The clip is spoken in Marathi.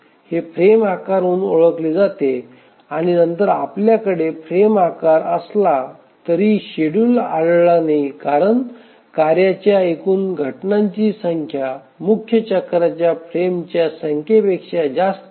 हे फ्रेम आकार म्हणून ओळखले जाते आणि नंतर आपल्याकडे फ्रेम आकार असला तरीही शेड्यूल आढळला नाही कारण कार्याच्या एकूण घटनांची संख्या मुख्य चक्राच्या फ्रेमच्या संख्येपेक्षा जास्त आहे